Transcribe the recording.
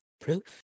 Proof